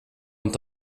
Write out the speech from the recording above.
und